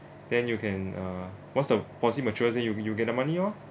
then you can uh once the policy matures then you will you get the money orh